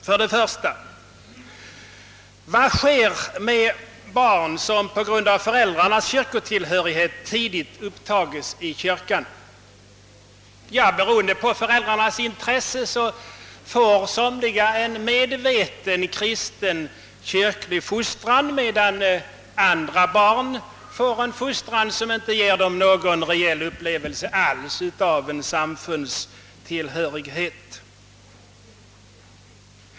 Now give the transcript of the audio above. För det första: Vad sker med barn som på grund av föräldrarnas kyrkotillhörighet tidigt upptages i kyrkan? Ja, beroende på föräldrarnas intresse får somliga barn en medveten kristen kyrklig fostran, medan andra barn får en fostran som inte ger dem någon reell upplevelse alls av en samfunds tillhörighet.